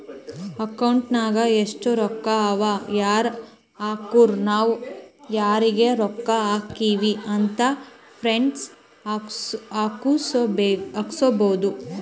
account ನಾಗ್ ಎಸ್ಟ್ ರೊಕ್ಕಾ ಅವಾ ಯಾರ್ ಹಾಕುರು ನಾವ್ ಯಾರಿಗ ರೊಕ್ಕಾ ಹಾಕಿವಿ ಅಂತ್ ಪ್ರಿಂಟ್ ಹಾಕುಸ್ಕೊಬೋದ